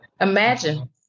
Imagine